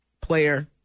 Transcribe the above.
player